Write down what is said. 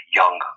young